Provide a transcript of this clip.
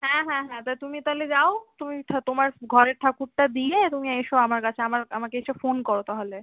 হ্যাঁ হ্যাঁ হ্যাঁ তা তুমি তাহলে যাও তুমি থা তোমার ঘরের ঠাকুরটা দিয়ে তুমি এসো আমার কাছে আমার আমাকে এসে ফোন করো তাহলে